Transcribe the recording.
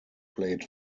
played